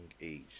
age